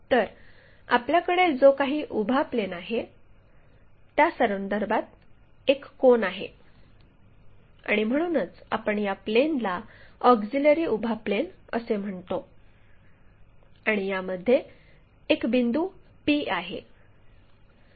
तर आपल्याकडे जो काही उभा प्लेन आहे त्या संदर्भात एक कोन आहे आणि म्हणूनच आपण या प्लेनला ऑक्झिलिअरी उभा प्लेन असे म्हणतो आणि यामध्ये एक बिंदू p आहे